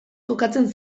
kokatzen